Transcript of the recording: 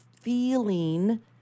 feeling